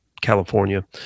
California